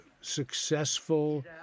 successful